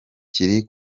kiri